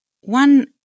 One